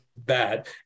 Bad